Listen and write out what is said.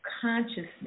consciousness